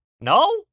no